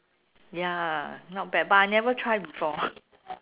ya not bad but I never try before